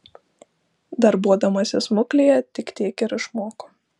darbuodamasi smuklėje tik tiek ir išmoko